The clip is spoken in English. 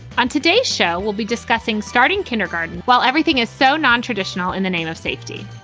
on today's show, we'll be discussing starting kindergarten while everything is so nontraditional in the name of safety,